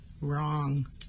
wrong